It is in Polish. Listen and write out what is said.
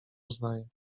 uznaje